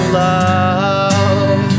love